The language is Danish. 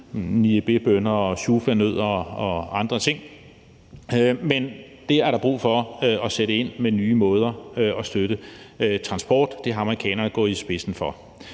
niabébønner, shuffanødder og andre ting – men dér er der brug for nye måder at sætte ind med at støtte transport på, og det er amerikanerne gået i spidsen for.